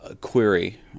query